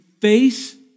face